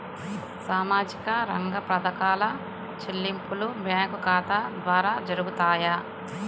సామాజిక రంగ పథకాల చెల్లింపులు బ్యాంకు ఖాతా ద్వార జరుగుతాయా?